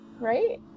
right